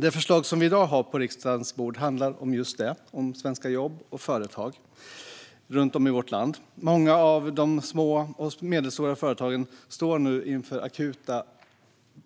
Det förslag som vi i dag har på riksdagens bord handlar om just detta, om svenska jobb och företag runt om i vårt land. Många av de små och medelstora företagen står nu inför akuta